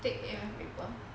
take A math paper